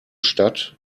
stadt